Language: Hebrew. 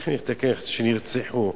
צריכים לתקן: שנרצחו.